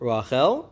Rachel